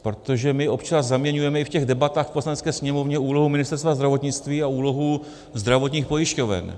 Protože my občas zaměňujeme i v těch debatách v Poslanecké sněmovně úlohu Ministerstva zdravotnictví a úlohu zdravotních pojišťoven.